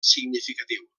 significatiu